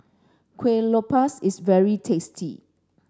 Kuih Lopes is very tasty